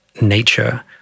nature